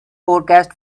forecast